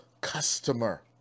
customer